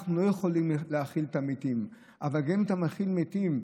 אנחנו לא יכולים להכיל את המתים אבל גם אם אתה מכיל מתים,